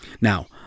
Now